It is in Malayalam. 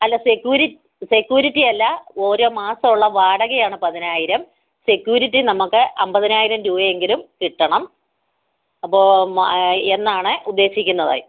അല്ല സെക്യു് സെക്യു്രിറ്റിയല്ല ഓരോ മാസവും ഉള്ള വാടകയാണ് പതിനായിരം സെക്യു്രിറ്റി നമുക്ക് അമ്പതിനായിരം രൂപയെങ്കിലും കിട്ടണം അപ്പോൾ എന്നാണ് ഉദ്ദേശിക്കുന്നത്